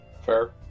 Fair